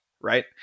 Right